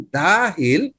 dahil